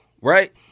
right